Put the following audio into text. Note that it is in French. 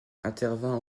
intervient